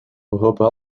hopen